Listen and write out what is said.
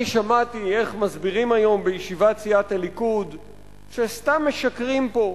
אני שמעתי איך מסבירים היום בישיבת סיעת הליכוד שסתם משקרים פה,